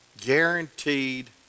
guaranteed